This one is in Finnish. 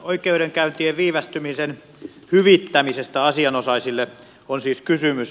oikeudenkäyntien viivästymisen hyvittämisestä asianosaisille on siis kysymys